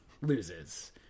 loses